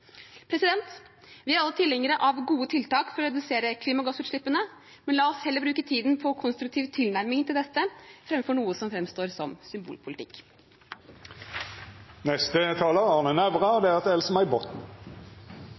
Vi er alle tilhengere av gode tiltak for å redusere klimagassutslippene, men la oss heller bruke tiden på en konstruktiv tilnærming til dette framfor på noe som framstår som